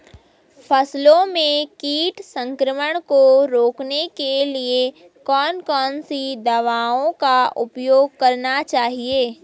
फसलों में कीट संक्रमण को रोकने के लिए कौन कौन सी दवाओं का उपयोग करना चाहिए?